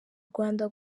rwanda